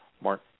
Mark